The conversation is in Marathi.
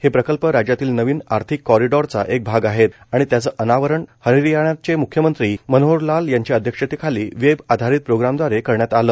हे प्रकल्प राज्यातील नवीन आर्थिक कॉरिडोरचा एक भाग आहेत आणि त्यांचं अनावरण हरियाणाचे म्ख्यमंत्री मनोहर लाल यांच्या अध्यक्षतेखाली वेब आधारित प्रोग्रामद्वारे करण्यात आलं